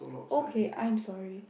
okay I am sorry